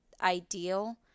ideal